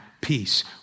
peace